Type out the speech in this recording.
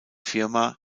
firma